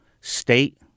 state